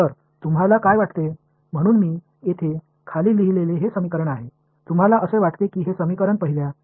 எனவே இந்த சமன்பாடுதான் நான் இங்கே கீழே எழுதியுள்ளேன் என்று நீங்கள் நினைக்கிறீர்களா